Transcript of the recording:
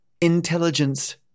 Intelligence